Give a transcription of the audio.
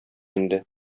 инде